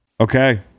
Okay